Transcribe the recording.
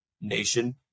nation